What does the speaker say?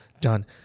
done